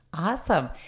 Awesome